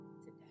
today